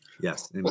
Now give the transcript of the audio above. Yes